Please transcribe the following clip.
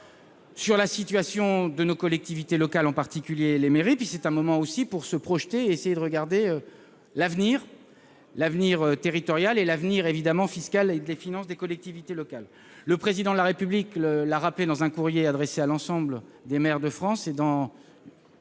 sur la situation de nos collectivités locales, tout particulièrement des mairies, un moment aussi pour se projeter et regarder l'avenir, l'avenir territorial et fiscal, avec les finances des collectivités locales. Le Président de la République l'a rappelé dans un courrier adressé à l'ensemble des maires de France et dans